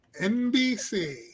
NBC